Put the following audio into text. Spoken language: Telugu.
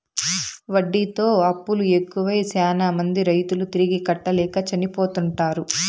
వడ్డీతో అప్పులు ఎక్కువై శ్యానా మంది రైతులు తిరిగి కట్టలేక చనిపోతుంటారు